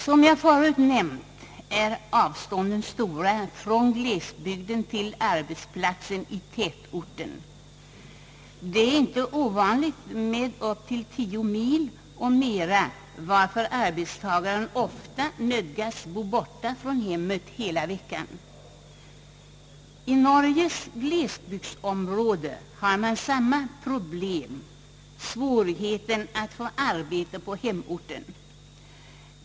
Som jag nämnt är avstånden stora från glesbygden till arbetsplatsen i tätorten. Det är inte ovanligt med upp till tio mil, ja mer, varför arbetstagaren ofta nödgas bo borta från hemmet hela veckan. I Norges glesbygdsområde har man samma problem — svårigheten att få arbete i hemorten.